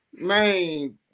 man